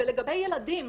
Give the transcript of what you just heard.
ולגבי ילדים,